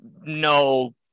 no